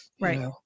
Right